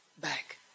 back